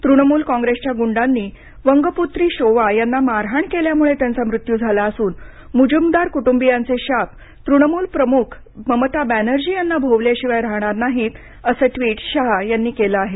तृणमूल कॉंग्रेसच्या गुंडांनी वंगपुत्री शोवा यांना मारहाण केल्यामुळे त्यांचा मृत्यू झाला असून मुजुमदार कुटुंबियांचे शाप तृणमूल प्रमुख ममता बॅनर्जी यांना भोवल्याशिवाय राहणार नाहीत असं ट्वीट शाह यांनी केलं आहे